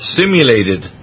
simulated